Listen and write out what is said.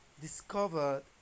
discovered